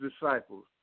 disciples